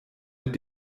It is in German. mit